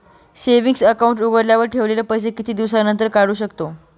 Saving account उघडल्यावर ठेवलेले पैसे किती दिवसानंतर काढू शकतो?